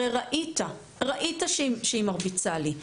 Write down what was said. הרי ראית שהיא מרביצה לי,